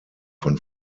von